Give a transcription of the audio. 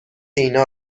اینا